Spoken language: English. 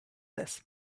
this